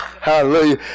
Hallelujah